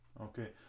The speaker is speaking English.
Okay